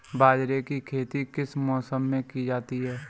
बाजरे की खेती किस मौसम में की जाती है?